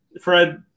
Fred